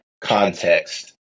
context